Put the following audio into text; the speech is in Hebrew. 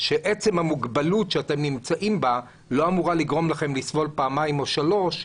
עצם המוגבלות שאתם נמצאים בה לא אמורה לגרום לכם לסבול פעמיים או שלוש,